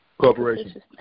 Corporation